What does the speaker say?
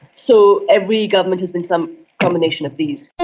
so every government has been some combination of these.